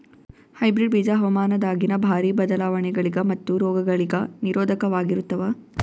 hybrid ಬೀಜ ಹವಾಮಾನದಾಗಿನ ಭಾರಿ ಬದಲಾವಣೆಗಳಿಗ ಮತ್ತು ರೋಗಗಳಿಗ ನಿರೋಧಕವಾಗಿರುತ್ತವ